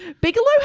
Bigelow